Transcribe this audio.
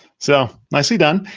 so, nicely done.